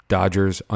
Dodgers